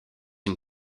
une